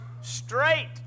straight